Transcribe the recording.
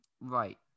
Right